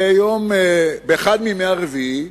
ובאחד מימי רביעי